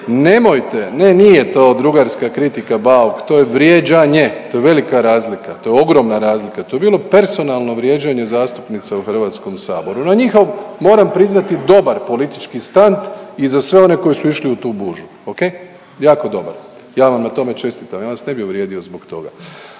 Nemojte, ne nije to drugarska kritika Bauk, to je vrijeđanje, to je velika razlika, to je ogromna razlika. To je bilo personalno vrijeđanje zastupnice u Hrvatskom saboru. No njihov, moram priznati dobar politička stant i za sve one koji su išli u tu bužu. Ok. Jako dobar. Ja vam na tome čestitam, ja vas ne bi uvrijedio zbog toga.